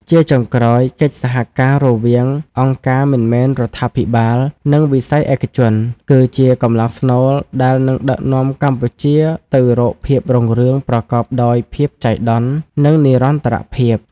ជាចុងក្រោយ កិច្ចសហការរវាងអង្គការមិនមែនរដ្ឋាភិបាល និងវិស័យឯកជន គឺជាកម្លាំងស្នូលដែលនឹងដឹកនាំកម្ពុជាទៅរកភាពរុងរឿងប្រកបដោយភាពចៃដន្យ និងនិរន្តរភាព។